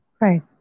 Right